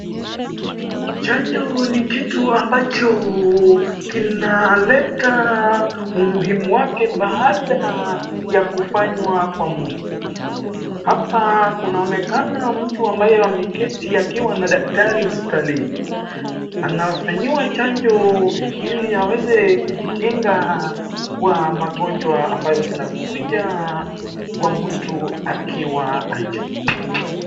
Chanjo ni kitu ambacho kinaleta umuhimu wake baada ya kufanywa kwa mtu. Hapa kunaonekana mtu ambaye ameketi akiwa na daktari hosipitalini. Anafanyiwa chanjo ili aweze kujikinga kwa magonjwa ambayo zinakuja kwa mtu akiwa hajui.